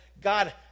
God